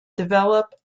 develop